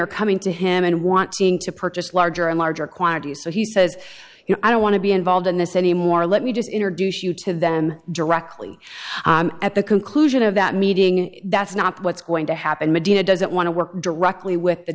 are coming to him and want to purchase larger and larger quantities so he says you know i don't want to be involved in this anymore let me just introduce you to them directly at the conclusion of that meeting that's not what's going to happen medea doesn't want to work directly with the